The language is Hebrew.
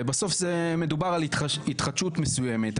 ובסוף מדובר על התחדשות מסוימת.